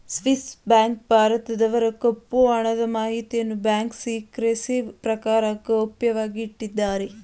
Swiss bank ಭಾರತದವರ ಕಪ್ಪು ಹಣದ ಮಾಹಿತಿಯನ್ನು ಬ್ಯಾಂಕ್ ಸಿಕ್ರೆಸಿ ಪ್ರಕಾರ ಗೌಪ್ಯವಾಗಿ ಇಟ್ಟಿದ್ದಾರೆ